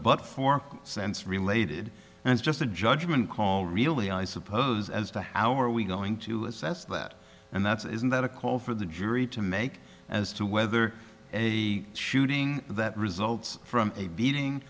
but for sense related and it's just a judgment call really i suppose as to how are we going to assess that and that's isn't that a call for the jury to make as to whether a shooting that results from a beating